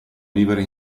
vivere